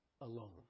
alone